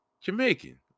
Jamaican